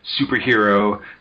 superhero